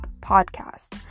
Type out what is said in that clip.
podcast